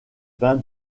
bain